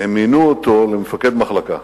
הם מינו אותו למפקד מחלקה.